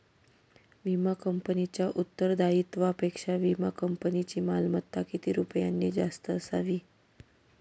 विमा कंपनीच्या उत्तरदायित्वापेक्षा विमा कंपनीची मालमत्ता किती रुपयांनी जास्त असावी?